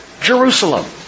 Jerusalem